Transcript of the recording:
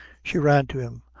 she ran to him,